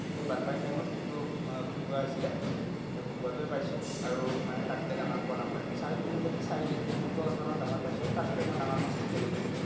সেই বানপানী টাইমত সেইটো ভকুৱা আছিলে সেই ভকুৱাটোৱেই পাইছোঁ আৰু মানে তাতকৈ ডাঙৰ পোৱা নাই মই চাৰে তিনি কেজি চাৰি কেজি সেনেকুৱা ওজনৰ ডাঙৰ পাইছোঁ তাতকৈ মই ডাঙৰ মাছ এতিয়ালৈকে কিন্তু